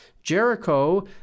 Jericho